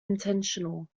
intentional